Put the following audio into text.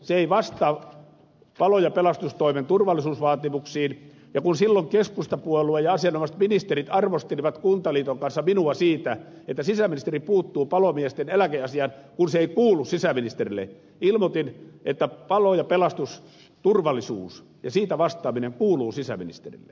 se ei vastaa palo ja pelastustoimen turvallisuusvaatimuksiin ja kun silloin keskustapuolue ja asianomaiset ministerit arvostelivat kuntaliiton kanssa minua siitä että sisäministeri puuttuu palomiesten eläkeasiaan kun se ei kuulu sisäministerille ilmoitin että palo ja pelastusturvallisuus ja siitä vastaaminen kuuluu sisäministerille